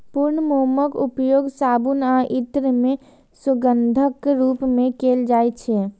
पूर्ण मोमक उपयोग साबुन आ इत्र मे सुगंधक रूप मे कैल जाइ छै